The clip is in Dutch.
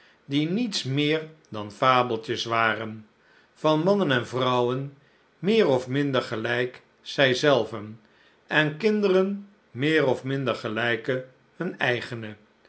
die niets meer dan fabeltjes waren van mannen en vrouwen meer of minder gelijkzij zelven en kinderen meer of minder gelijk hunne